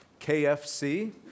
KFC